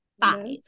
five